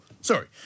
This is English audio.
sorry